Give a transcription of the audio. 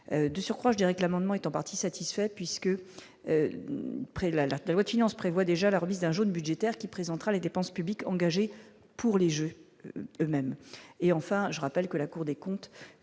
de surcroît, je dirais que l'amendement est en partie satisfaite puisque près de la tête haute finance prévoit déjà la remise d'un jeune budgétaire qui présentera les dépenses publiques engagées pour les Jeux eux-mêmes et, enfin, je rappelle que la Cour des comptes